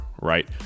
right